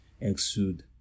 exude